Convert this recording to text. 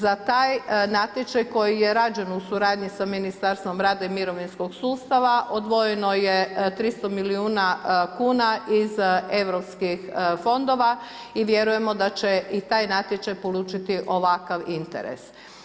Za taj natječaj koji je rađen u suradnji sa Ministarstvom rada i mirovinskog sustava, odvojeno je 300 milijuna kuna iz Europskih fondova i vjerujemo da će i taj natječaj polučiti ovakav interes.